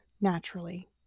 naturally